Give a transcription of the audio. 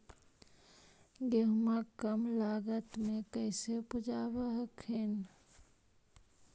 गेहुमा कम लागत मे कैसे उपजाब हखिन?